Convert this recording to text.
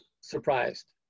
surprised